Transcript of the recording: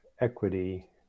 equity